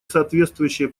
соответствующие